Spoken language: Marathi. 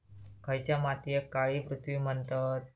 खयच्या मातीयेक काळी पृथ्वी म्हणतत?